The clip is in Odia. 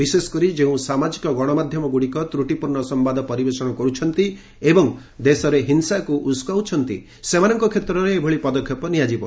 ବିଶେଷ କରି ଯେଉଁ ସାମାଜିକ ଗଣମାଧ୍ୟମ ଗୁଡ଼ିକ ତ୍ରୁଟିପୂର୍ଣ୍ଣ ସମ୍ଭାଦ ପରିବେଷଣ କରୁଛନ୍ତି ଏବଂ ଦେଶରେ ହିଂସାକୁ ଉସକଉଛନ୍ତି ସେମାନଙ୍କ କ୍ଷେତ୍ରରେ ଏଭଳି ପଦକ୍ଷେପ ନିଆଯିବ